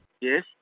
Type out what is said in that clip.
Yes